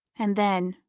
and then,